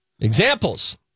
Examples